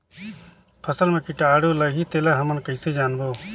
फसल मा कीटाणु लगही तेला हमन कइसे जानबो?